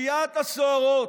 הסוהרות,